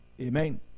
Amen